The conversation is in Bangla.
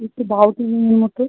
একটু বাউটির মতো